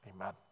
Amen